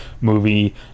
movie